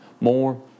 more